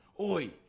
oi